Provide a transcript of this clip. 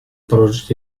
project